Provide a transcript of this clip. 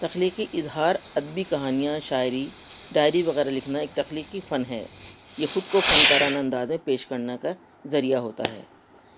تخلیقی اظہار ادبی کہانیاں شاعری ڈائری وغیرہ لکھنا ایک تخلیقی فن ہے یہ خود کو فنکارانا انداز میں پیش کرنا کا ذریعہ ہوتا ہے